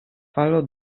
falo